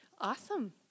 Awesome